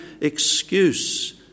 excuse